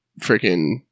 freaking